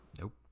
Nope